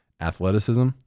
Athleticism